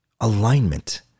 alignment